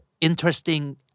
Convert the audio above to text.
interesting